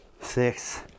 six